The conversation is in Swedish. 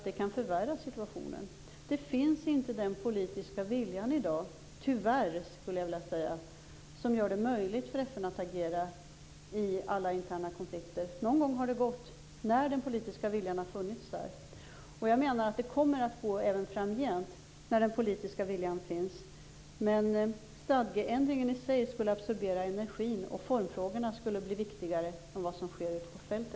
Den politiska viljan finns inte i dag, tyvärr, som gör det möjligt för FN att agera i alla interna konflikter. Någon gång har det gått när den politiska vilja har funnits. Det kommer att gå även framgent - när den politiska viljan finns. Stadgeändring i sig skulle absorbera energi, och formfrågorna skulle bli viktigare.